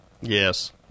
Yes